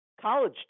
college